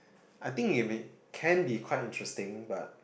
I think it may can be quite interesting but